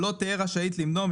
שלום,